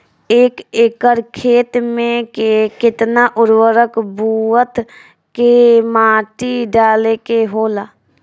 एक एकड़ खेत में के केतना उर्वरक बोअत के माटी डाले के होला?